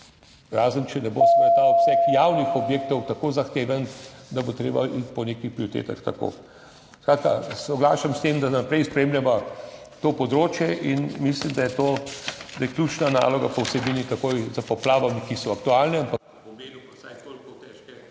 razen če ne bo seveda ta obseg javnih objektov tako zahteven, da bo treba iti po nekih prioritetah. Skratka, soglašam s tem, da naprej spremljava to področje in mislim, da je to ključna naloga po vsebini, takoj za poplavami, ki so aktualne, ampak pomeni pa vsaj toliko težko